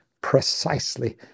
precisely